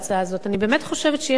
אני באמת חושבת שיש פה כשל.